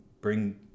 bring